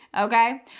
okay